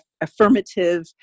affirmative